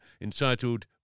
entitled